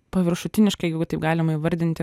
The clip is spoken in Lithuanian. paviršutiniškai jeigu taip galima įvardinti